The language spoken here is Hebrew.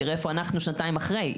תראה איפה אנחנו שנתיים אחרי.